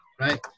right